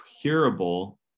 curable